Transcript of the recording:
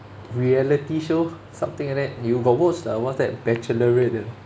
reality show something like that you got watch uh what's that bachelorette